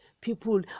people